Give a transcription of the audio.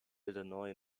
illinois